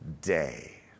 day